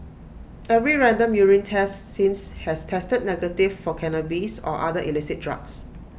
every random urine test since has tested negative for cannabis or other illicit drugs